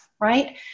Right